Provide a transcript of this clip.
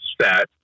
set